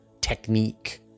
technique